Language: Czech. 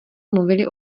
mluvili